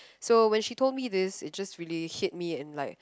so when she told me this it just really hit me and like